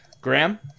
Graham